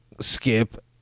Skip